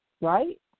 right